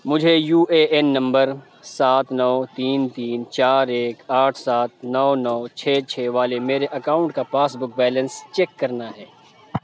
مجھے یو اے این نمبر سات نو تین تین چار ایک آٹھ سات نو نو چھ چھ والے میرے اکاؤنٹ کا پاس بک بیلنس چیک کرنا ہے